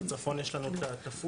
בצפון יש לנו את הפודטק,